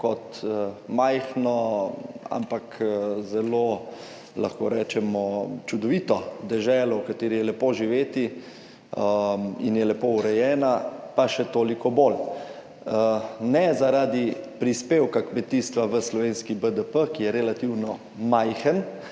kot majhno, ampak zelo, lahko rečemo, čudovito deželo, v kateri je lepo živeti in je lepo urejena, pa še toliko bolj. Ne zaradi prispevka kmetijstva v slovenski BDP, ki je relativno majhen,